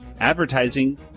advertising